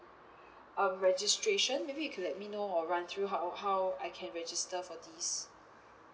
um registration maybe you could let me know or run through how how I can register for this